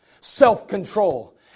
self-control